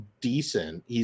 decent